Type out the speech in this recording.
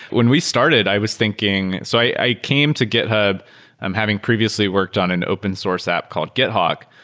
when we started, i was thinking so i came to github um having previously worked on an open source app called githawk,